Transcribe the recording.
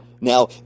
Now